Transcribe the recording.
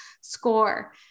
score